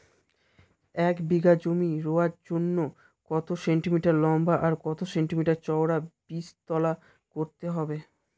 এক বিঘা জমি রোয়ার জন্য কত সেন্টিমিটার লম্বা আর কত সেন্টিমিটার চওড়া বীজতলা করতে হবে?